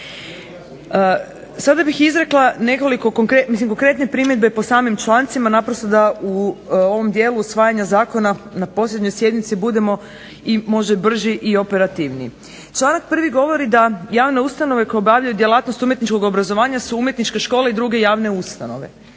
Sada bih izrekla nekoliko konkretnih, mislim konkretne primjedbe po samim člancima, naprosto da u ovom dijelu usvajanja zakona na posljednjoj sjednici budemo i možda brži i operativniji. Članak 1. govori da javne ustanove koje obavljaju djelatnost umjetničkog obrazovanja su umjetničke škole i druge javne ustanove.